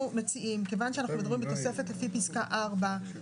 כיוון שאנחנו מדברים בתוספת לפי פסקה (4),